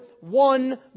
one